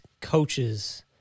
coaches